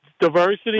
diversity